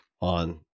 on